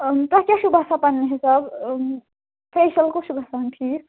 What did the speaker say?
تۄہہِ کیٛاہ چھُو باسان پَنُن حِساب فیٚشَل کُس چھُ گژھان ٹھیٖک